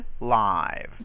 live